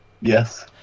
Yes